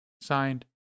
Signed